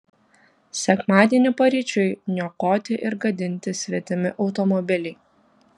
sekmadienį paryčiui niokoti ir gadinti svetimi automobiliai